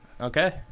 Okay